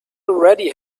already